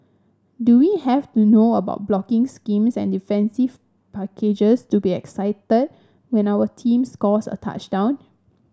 do we have to know about blocking schemes and defensive packages to be excited when our team scores a touchdown